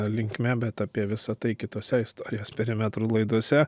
linkme bet apie visa tai kitose istorijos perimetrų laidose